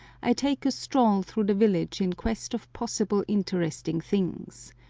i take a stroll through the village in quest of possible interesting things.